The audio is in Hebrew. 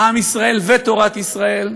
עם ישראל ותורת ישראל.